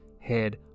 head